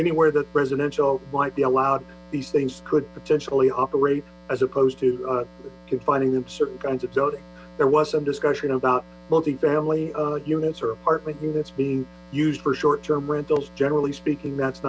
anywhere the residential might be allowed these things could potentially operate as opposed to finding them certain kinds of building there was some discussion about multi family units apartment units being used for short term rentals generally speaking that's